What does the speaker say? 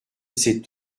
cet